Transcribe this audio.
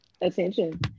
attention